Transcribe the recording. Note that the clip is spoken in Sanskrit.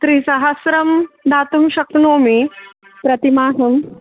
त्रिसहस्रं दातुं शक्नोमि प्रतिमासं